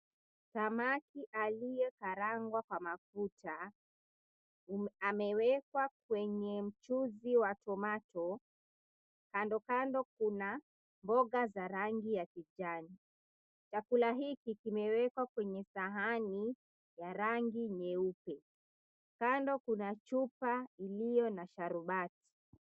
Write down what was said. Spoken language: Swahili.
Samaki aliye karangwa kwa mafuta, amewekwa kwenye mchuzi wa tomato, kando kando kuna mboga za rangi ya kijani. Chakula hiki kimewekwa kwenye sahani ya rangi nyeupe. Kando kuna chupa iliyo na sharubati.